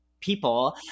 people